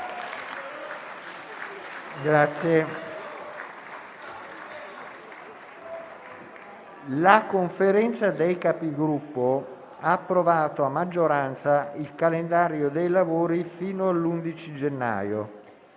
La Conferenza dei Capigruppo ha approvato a maggioranza il calendario dei lavori fino all'11 gennaio.